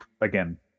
again